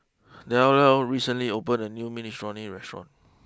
Dellia recently opened a new Minestrone restaurant